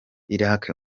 iraq